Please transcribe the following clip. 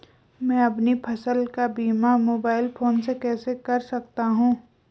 मैं अपनी फसल का बीमा मोबाइल फोन से कैसे कर सकता हूँ?